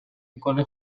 میکنه